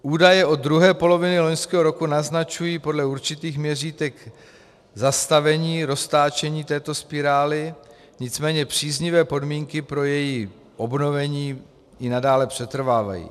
Údaje od druhé poloviny loňského roku naznačují podle určitých měřítek zastavení roztáčení této spirály, nicméně příznivé podmínky pro její obnovení i nadále přetrvávají.